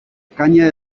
caña